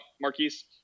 Marquise